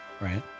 Right